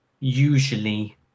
Usually